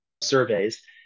surveys